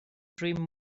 dream